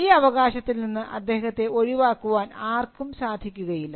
ഈ അവകാശത്തിൽ നിന്ന് അദ്ദേഹത്തെ ഒഴിവാക്കുവാൻ ഒരാൾക്കും സാധിക്കുകയില്ല